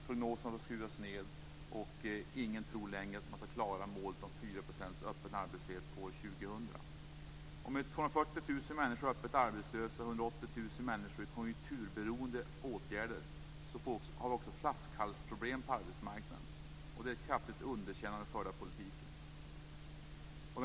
Prognoserna skruvas ned och ingen tror längre att regeringen skall klara målet med 4 procents öppen arbetslöshet år 180 000 människor i konjunkturberoende åtgärder har vi också flaskhalsproblem på arbetsmarknaden, och det är ett kraftigt underkännande av den förda politiken.